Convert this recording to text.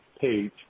page